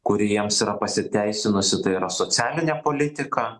kuri jiems yra pasiteisinusi tai yra socialinė politika